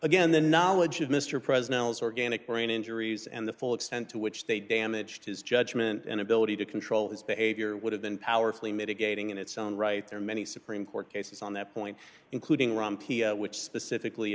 again the knowledge of mr president is organic brain injuries and the full extent to which they damaged his judgment and ability to control his behavior would have been powerfully mitigating in its own right there are many supreme court cases on that point including rumpy which specifically